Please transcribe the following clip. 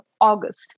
August